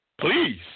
please